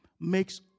makes